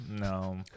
No